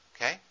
Okay